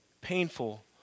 painful